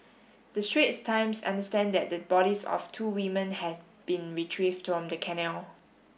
the Straits Times understand that the bodies of two women have been retrieved from the canal